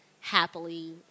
happily